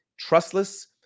Trustless